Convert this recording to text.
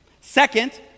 Second